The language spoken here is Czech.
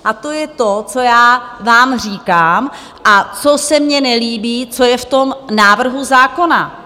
A to je to, co já vám říkám a co se mně nelíbí, co je v tom návrhu zákona.